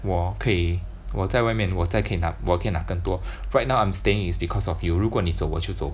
我可以我在外面我在可以我可以拿更多 right now I'm staying is because of you 如果你走我就走